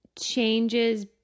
changes